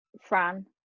Fran